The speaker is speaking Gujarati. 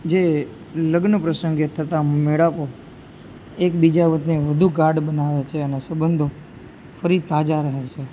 જે લગ્ન પ્રસંગે થતા મેળાપો એકબીજા વતને વધુ ગાઢ બનાવે છે અને સબંધો ફરી તાજા રહે છે